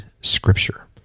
scripture